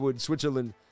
Switzerland